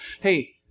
hey